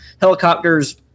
helicopters